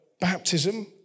baptism